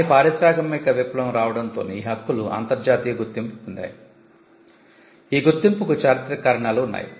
కాని పారిశ్రామిక విప్లవం రావడంతోనే ఈ హక్కులు అంతర్జాతీయ గుర్తింపు పొందాయి ఈ గుర్తింపుకు చారిత్రక కారణాలు ఉన్నాయి